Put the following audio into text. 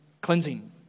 cleansing